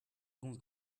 gomz